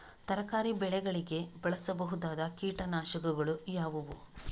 ತರಕಾರಿ ಬೆಳೆಗಳಿಗೆ ಬಳಸಬಹುದಾದ ಕೀಟನಾಶಕಗಳು ಯಾವುವು?